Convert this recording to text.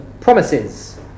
promises